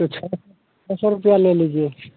अच्छा छह सौ रुपया ले लीजिए